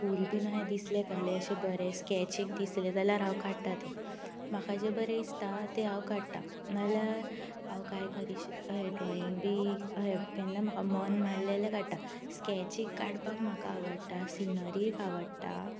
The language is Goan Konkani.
फूल बीन अहें दिसलें कहलेशें बरें स्कॅच एक दिसलें जाल्यार हांव काडटा तें म्हाका जें बरें दिसता तें हांव काडटा ना जाल्यार हांव ड्रोइंग बीन केन्ना अशें मन मारलें जाल्यार काडटा स्कॅच एक काडपाक म्हाका आवडटा सीनरी आवडटा